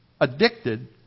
Addicted